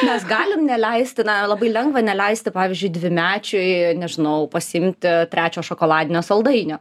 mes galim neleisti na labai lengva neleisti pavyzdžiui dvimečiui nežinojau pasiimti trečio šokoladinio saldainio